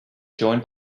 joined